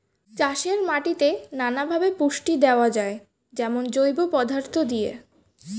চাষের মাটিতে নানা ভাবে পুষ্টি দেওয়া যায়, যেমন জৈব পদার্থ দিয়ে